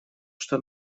что